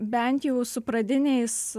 bent jau su pradiniais